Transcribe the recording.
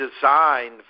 designed